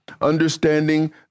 understanding